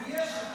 היא מבוישת,